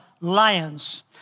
lions